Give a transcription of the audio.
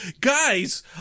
guys